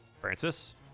Francis